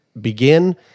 begin